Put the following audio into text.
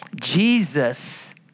Jesus